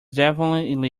definitively